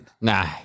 Nah